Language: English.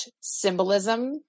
symbolism